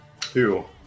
Two